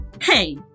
Hey